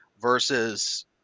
versus